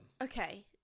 Okay